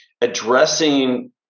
addressing